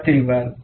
यात्री वर्ग